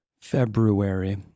February